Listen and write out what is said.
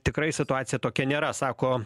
tikrai situacija tokia nėra sako